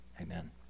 Amen